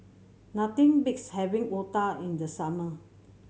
nothing beats having otah in the summer